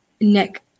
Nick